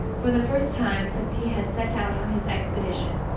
for the first time since he had set out on his expedition,